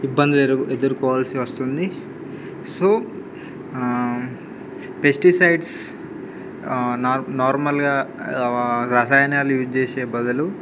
ఇబ్బంది ఎదు ఎదుర్కోవాల్సి వస్తుంది సో పెస్టిసైడ్స్ నా నార్మల్గా రసాయనాలు యూజ్ చేసే బదులు